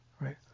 right